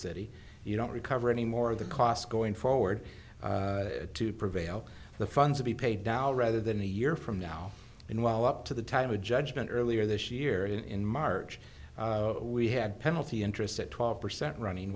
city you don't recover any more of the costs going forward to prevail the funds to be paid now rather than a year from now and while up to the time a judgment earlier this year in march we had penalty interest at twelve percent running